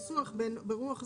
לכן עשו את החוק הבאמת חריג הזה.